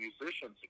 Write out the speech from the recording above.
musicians